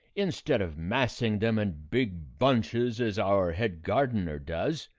instead of massing them in big bunches as our head-gardener does,